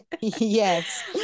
Yes